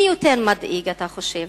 מי יותר מדאיג, אתה חושב,